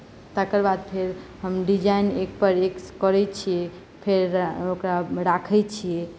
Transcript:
तकर बाद फेर हम डिजाइन एक पर एक करैत छियै फेर ओकरा राखैत छियै